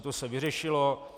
To se vyřešilo.